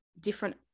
different